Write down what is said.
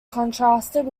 contrasted